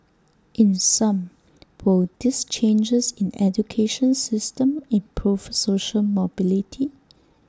in sum will these changes in the education system improve social mobility